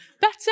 better